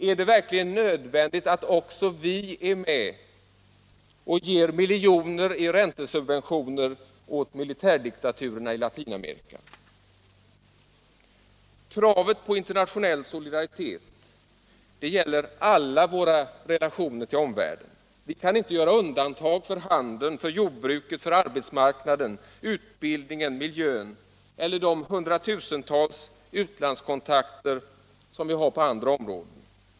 Är det verkligen nödvändigt att också vi är med och ger miljoner i räntesubventioner åt militärdiktaturerna i Latinamerika? Kravet på internationell solidaritet gäller alla våra relationer till omvärlden. Vi kan inte göra undantag för handeln, jordbruket, arbetsmarknaden, utbildningen, miijön eller de hundratusentals utlandskontakter som vi har på andra områden.